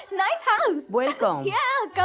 nice house! welcome! yeah